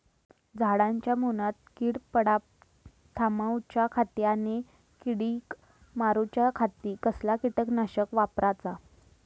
झाडांच्या मूनात कीड पडाप थामाउच्या खाती आणि किडीक मारूच्याखाती कसला किटकनाशक वापराचा?